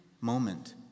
moment